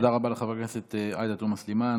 תודה רבה לחברת הכנסת עאידה תומא סלימאן.